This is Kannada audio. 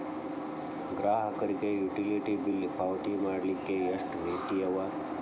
ಗ್ರಾಹಕರಿಗೆ ಯುಟಿಲಿಟಿ ಬಿಲ್ ಪಾವತಿ ಮಾಡ್ಲಿಕ್ಕೆ ಎಷ್ಟ ರೇತಿ ಅವ?